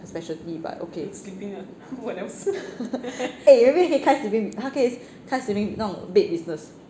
speciality but ok eh maybe 可以开 sleeping 她可以开 sleeping 那种 bed business